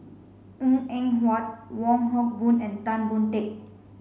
Png Eng Huat Wong Hock Boon and Tan Boon Teik